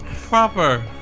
proper